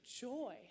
joy